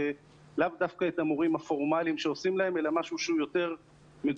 לאו דווקא את המורים הפורמליים שעושים להם אלא משהו שהוא יותר מגוון.